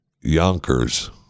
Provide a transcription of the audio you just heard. Yonkers